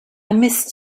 missed